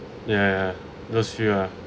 ya ya those few ah